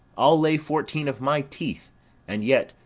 i'll lay fourteen of my teeth and yet,